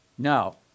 Now